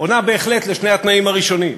עונה בהחלט על שני התנאים הראשונים: